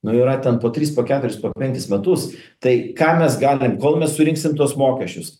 nu yra ten po tris po keturis po penkis metus tai ką mes galim kol mes surinksim tuos mokesčius